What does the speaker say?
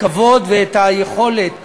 הכבוד והיכולת